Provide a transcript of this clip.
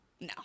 No